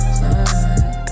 slide